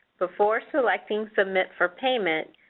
before selecting submit for payment,